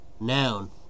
Noun